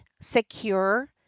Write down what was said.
secure